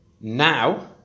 now